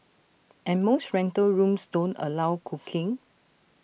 and most rental rooms don't allow cooking